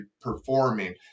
performing